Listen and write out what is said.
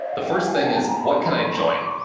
the first thing is what can i join?